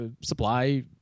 supply